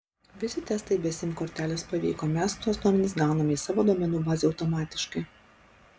visi testai be sim kortelės pavyko mes tuos duomenis gauname į savo duomenų bazę automatiškai